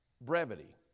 brevity